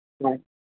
हा